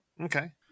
Okay